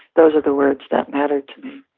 those are the words that matter to me.